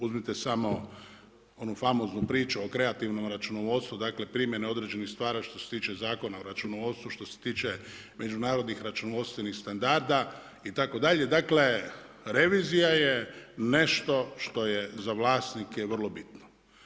Uzmite samo onu famoznu priču o kreativnom računovodstvu, dakle primjene određenih … što se tiče Zakona o računovodstvu, što se tiče međunarodnih računovodstvenih standarda itd., dakle revizija je nešto što je za vlasnike vrlo bitno.